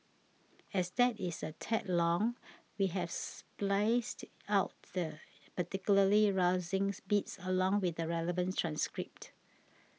as that is a tad long we've spliced out the particularly rousing bits along with the relevant transcript